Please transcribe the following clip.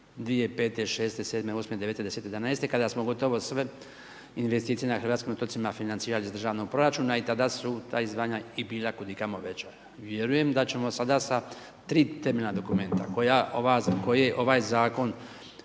2007., 2008., 2009., 2010., 2011. kada smo gotovo sve investicije na hrvatskim otocima financirali iz državnog proračuna i tada su ta izdvajanja i bila kudikamo veća. Vjerujem da ćemo sada sa 3 temeljna dokumenta koje ovaj Zakon